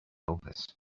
elvis